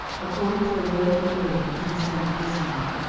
according to the word of the lord concerning israel.